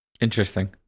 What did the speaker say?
Interesting